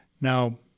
Now